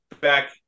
back –